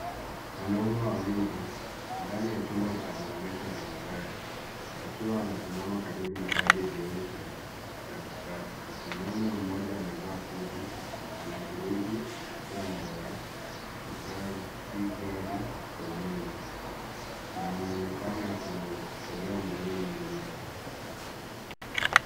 Wanaume wawili ndani ya chumba cha maonyesho ya magari wakiwa wanasimama karibu na gari jeupe la kisasa. Mwanaume mmoja amevaa suti anashiriki kembo ya kuchagi gari la umeme na anaonekana akimuekelea mwanaume mwingine.